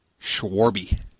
Schwarby